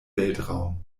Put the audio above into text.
weltraum